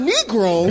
Negro